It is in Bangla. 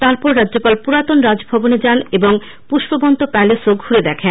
তারপর রাজ্যপাল পুরাতন রাজভবন যান এবং পুষ্পবন্ত প্যালেসও ঘুরে দেখেন